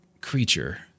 creature